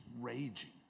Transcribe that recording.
raging